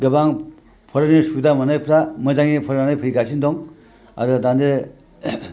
गोबां फरायनो सुबिदा मोननायफ्रा मोजाङै फरायनानै फैगासिनो दं आरो दाने